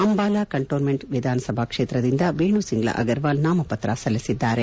Ambala cantonment ವಿಧಾನಸಭಾ ಕ್ಷೇತ್ರದಿಂದ ವೇಣುಸಿಂಗ್ಲಾ ಅಗರ್ವಾಲ್ ನಾಮಪತ್ರ ಸಲ್ಲಿಸಿದ್ದಾರೆ